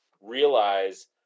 realize